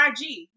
IG